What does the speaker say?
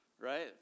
right